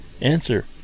Answer